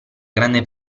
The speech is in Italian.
grande